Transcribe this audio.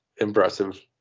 impressive